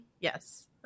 Yes